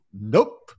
Nope